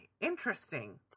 Interesting